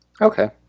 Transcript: Okay